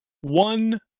one